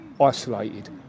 isolated